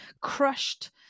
crushed